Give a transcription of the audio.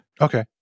Okay